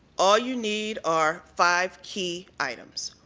all you need are five key items.